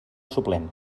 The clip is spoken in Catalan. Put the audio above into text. suplent